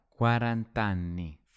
quarant'anni